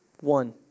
One